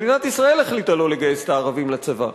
מדינת ישראל החליטה לא לגייס את הערבים לצבא,